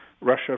Russia